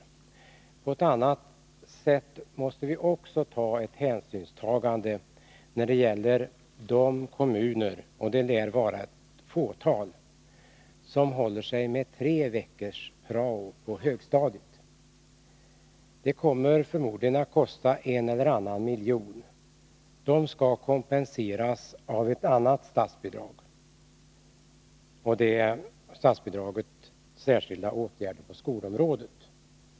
Också på ett annat sätt måste vi ta hänsyn, nämligen när det gäller de kommuner — det lär vara ett fåtal — som håller sig med tre veckors prao på högstadiet. Det kommer förmodligen att kosta en eller annan miljon. Dessa kommuner skall kompenseras ur ett annat statsbidrag, statsbidraget för särskilda åtgärder på skolans område.